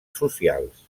socials